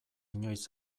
inoiz